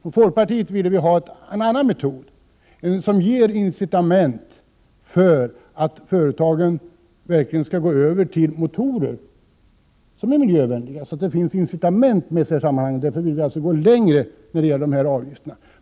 Vi i folkpartiet förespråkar en annan metod. Det gäller ju att ge företagen incitament, så att de verkligen går över till motorer som är miljövänliga. Därför vill vi gå längre när det gäller avgifterna.